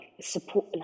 support